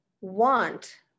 want